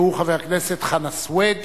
שהוא חבר הכנסת חנא סוייד,